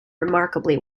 remarkably